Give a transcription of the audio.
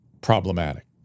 problematic